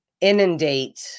inundate